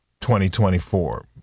2024